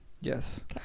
Yes